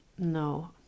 No